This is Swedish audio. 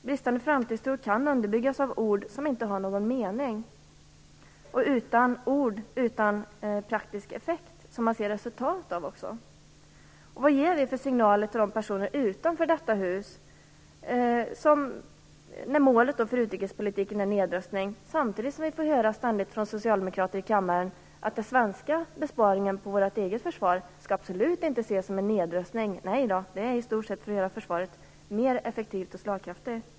Bristande framtidstro kan underbyggas av ord som inte har någon mening eller av ord som man inte ser någon praktisk effekt av. Vad ger det för signaler till de personer som finns utanför detta hus? Målet för utrikespolitiken är nedrustning. Samtidigt får vi ständigt höra från socialdemokrater i kammaren att den svenska besparingen på vårt eget försvar absolut inte skall ses som en nedrustning. Nej, den besparingen är i stort sett gjord för att försvaret skall göras mer effektivt och slagkraftigt.